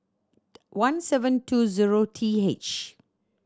one seven two zero T H